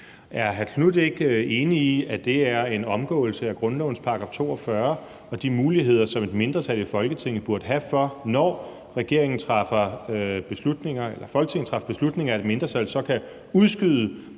Marcus Knuth ikke enig i, at det er en omgåelse af grundlovens § 42 og de muligheder, som et mindretal i Folketinget burde have, når Folketinget træffer beslutninger, for at udskyde